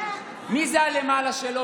מי זה הלמעלה שלו?